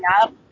up